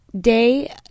day